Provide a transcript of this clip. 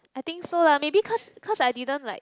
I think so lah maybe because because I didn't like